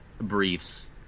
briefs